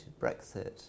Brexit